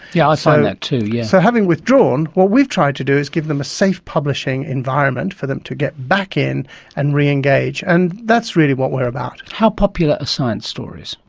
yeah i find that too, yes. so, having withdrawn, what we've tried to do is give them a safe publishing environment for them to get back in and re-engage, and that's really what we're about. how popular are science stories?